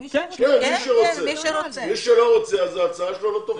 מי שלא רוצה, ההצעה שלו לא תופסת.